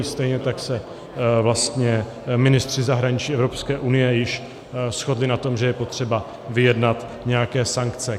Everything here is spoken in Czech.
Stejně tak se vlastně ministři zahraničí Evropské unie již shodli na tom, že je potřeba vyjednat nějaké sankce.